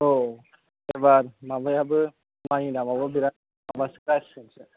आव आइबार माबायानो माइनि दामाबो बिरात माबासो जासिगोनसो